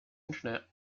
internet